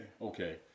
Okay